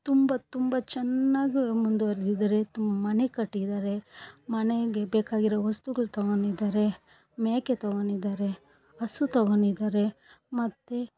ತುಂಬ ತುಂಬ ಚೆನ್ನಾಗ್ ಮುಂದುವರೆದಿದಾರೆ ತು ಮನೆ ಕಟ್ಟಿದಾರೆ ಮನೆಗೆ ಬೇಕಾಗಿರುವ ವಸ್ತುಗಳ ತಗೊಂಡಿದಾರೆ ಮೇಕೆ ತಗೊಂಡಿದಾರೆ ಹಸು ತಗೊಂಡಿದಾರೆ ಮತ್ತು